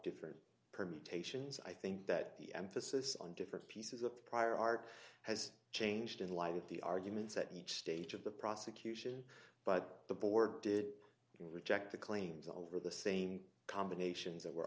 different permutations i think that the emphasis on different pieces of prior art has changed in light of the arguments at each stage of the prosecution but the board did reject the claims over the same combinations